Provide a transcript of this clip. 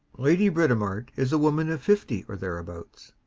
lady britomart is a woman of fifty or thereabouts,